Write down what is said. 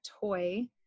toy